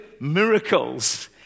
miracles